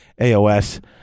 AOS